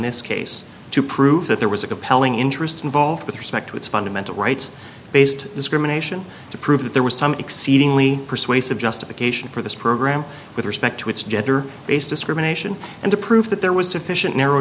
this case to prove that there was a compelling interest involved with respect to its fundamental rights based discrimination to prove that there was some exceedingly persuasive justification for this program with respect to its gender based discrimination and to prove that there was sufficient narrow